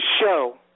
show